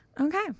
Okay